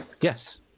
Yes